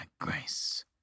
grace